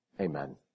Amen